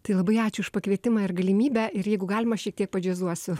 tai labai ačiū už pakvietimą ir galimybę ir jeigu galima šiek tiek padžiazuosiu